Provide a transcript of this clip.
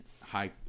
high